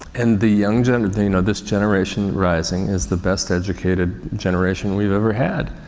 and the young generation, you know, this generation rising is the best educated generation we've ever had.